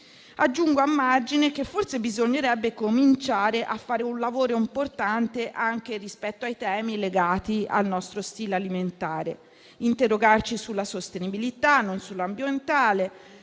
Aggiungo a margine che forse bisognerebbe cominciare a fare un lavoro importante anche rispetto ai temi legati al nostro stile alimentare, interrogandoci sulla sostenibilità non solo ambientale